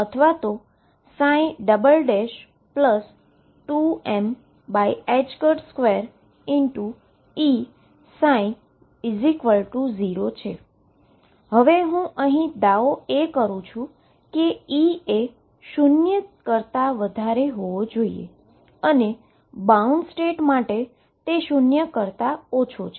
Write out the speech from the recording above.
અને 0 Ex0 અથવા હવે હું દાવો કરું છું કે E એ શુન્ય કરતા વધારે હોવો જોઈએ અને બાઉન્ડ સ્ટેટ માટે તે શુન્ય કરતા ઓછો છે